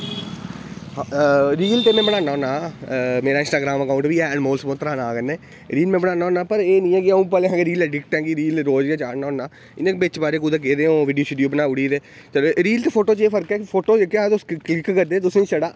reel ते में बनाना होन्ना मेरा इंस्टाग्राम दा अकाऊंट बी ऐ मोहित संडोत्रा नांऽ कन्नै ते रीलां बनाना होन्ना पर एह् निं ऐ कि अंऊ रीलां पैह्लें एडिट करियै भी रीलां चाढ़ना होन्ना इंया बिच बारें कुदै गेदे होन ते वीडियो बनाई ओड़ी कुदै ते रील ते फोटो बिच एह् फर्क ऐ कि जेह्ड़ी फोटो क्लिक करदी एह् जिसी छड़ा